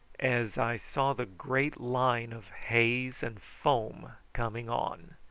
as i saw the great line of haze and foam coming on.